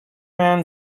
man